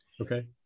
okay